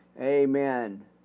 Amen